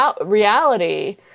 reality